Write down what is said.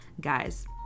guys